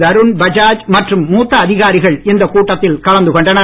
தருண் பஜாஜ் மற்றும் மூத்த அதிகாரிகள் இந்தக் கூட்டத்தில் கலந்து கொண்டனர்